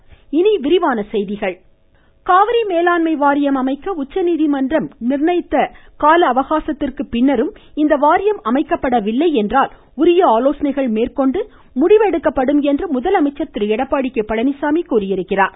எடப்பாடி சேலம் காவிரி மேலாண்மை வாரியம் அமைக்க உச்சநீதிமன்றம் நிர்ணயிப்பதற்கான கால அவகாசத்திற்கு பின்னரும் இவ்வாரியம் அமைக்கப்படவில்லை என்றால் உரிய ஆலோசனை மேற்கொண்டு முடிவெடுக்கப்படும் என்று முதலமைச்சர் திரு எடப்பாடி கே பழனிச்சாமி தெரிவித்துள்ளார்